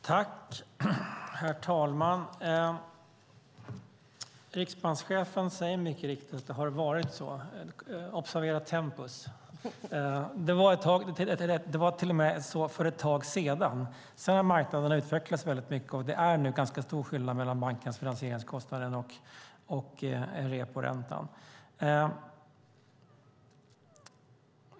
Herr talman! Riksbankschefen säger, mycket riktigt, att det har varit så. Observera tempus! Det var till och med så att han sade att det var för ett tag sedan. Sedan har marknaden utvecklats mycket, och det är nu stor skillnad mellan bankernas finansieringskostnad och reporäntan.